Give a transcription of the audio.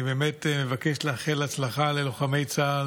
אני מבקש לאחל הצלחה ללוחמי צה"ל,